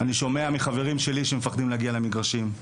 אני שומע מחברים שלי שמפחדים להגיע למגרשים.